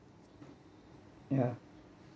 yeah